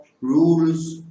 rules